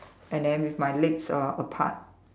and then with my legs uh apart